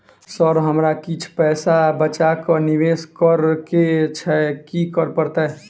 Sir हमरा किछ पैसा बचा कऽ निवेश करऽ केँ छैय की करऽ परतै?